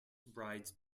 brides